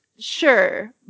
Sure